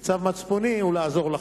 וצו מצפוני הוא לעזור לכם.